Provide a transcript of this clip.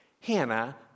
Hannah